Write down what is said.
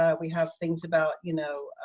ah we have things about, you know.